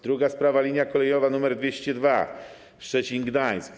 Druga sprawa, linia kolejowa nr 202, Szczecin - Gdańsk.